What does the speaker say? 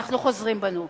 אנחנו חוזרים בנו.